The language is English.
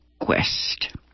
quest